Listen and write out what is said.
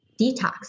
detox